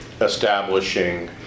establishing